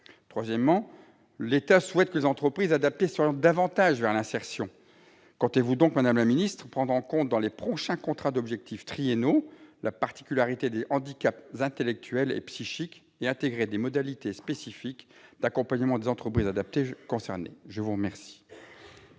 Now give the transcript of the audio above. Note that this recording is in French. Troisièmement, l'État souhaite que les entreprises adaptées s'orientent davantage vers l'insertion. Comptez-vous donc prendre en compte dans les prochains contrats d'objectifs triennaux la particularité des handicaps intellectuels et psychiques et intégrer des modalités spécifiques d'accompagnement des entreprises adaptées concernées ? La parole